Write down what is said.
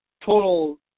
total